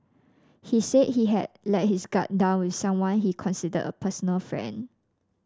he said he had let his guard down with someone he considered a personal friend